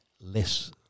less